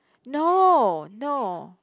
no no